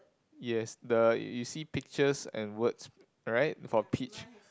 yes the you see peaches and words right for peach